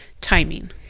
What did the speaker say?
Timing